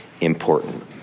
important